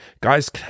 guys